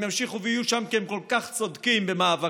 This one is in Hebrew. הם ימשיכו ויהיו שם כי הם כל כך צודקים במאבקם,